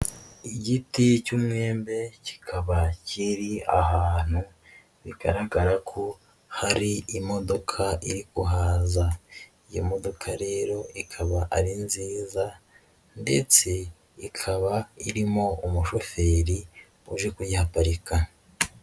Igiti cy'umwembe kikaba kiri ahantu bigaragara ko hari imodoka iri kuhaza, iyi modoka rero ikaba ari nziza ndetse ikaba irimo umushoferi uje kuyihaparika.